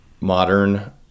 modern